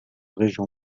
région